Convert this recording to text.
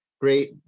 great